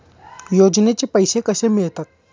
योजनेचे पैसे कसे मिळतात?